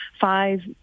five